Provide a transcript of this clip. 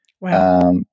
Wow